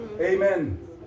amen